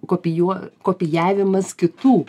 kopijuo kopijavimas kitų